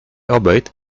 obeyed